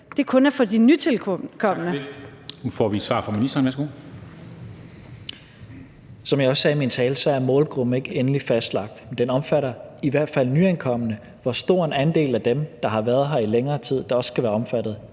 Tesfaye): Som jeg også sagde i min tale, er målgruppen ikke endeligt fastlagt, men den omfatter i hvert fald nyankomne. Hvor stor en andel af dem, der har været her i længere tid, der også skal være omfattet,